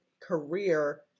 career